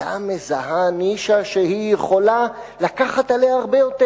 היתה מזהה נישה שהיא יכולה לקחת עליה הרבה יותר,